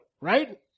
right